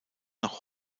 noch